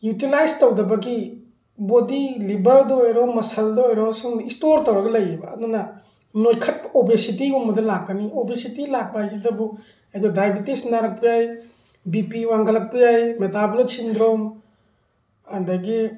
utilise ꯇꯧꯗꯕꯒꯤ body ꯂꯤꯚꯔꯗ ꯑꯣꯏꯔꯣ ꯃꯁꯜꯗ ꯑꯣꯏꯔꯣ ꯏꯁꯇꯣꯔ ꯇꯧꯔꯒ ꯂꯩꯌꯦꯕ ꯑꯗꯨꯅ ꯅꯣꯏꯈꯠ ꯑꯣꯕꯦꯁꯤꯇꯤꯒꯨꯝꯕꯗ ꯂꯥꯛꯀꯅꯤ ꯑꯣꯕꯦꯁꯤꯇꯤ ꯂꯥꯛꯄ ꯍꯥꯏꯁꯤꯗꯕꯨ ꯑꯩꯈꯣꯏ ꯗꯥꯏꯕꯦꯇꯤꯁ ꯅꯥꯔꯛꯄ ꯌꯥꯏ ꯕꯤꯄꯤ ꯋꯥꯡꯈꯠꯂꯛꯄ ꯌꯥꯏ ꯃꯦꯇꯥꯕꯣꯂꯤꯛ ꯁꯤꯟꯗ꯭ꯔꯣꯝ ꯑꯗꯒꯤ